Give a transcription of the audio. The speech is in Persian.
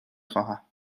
خواهم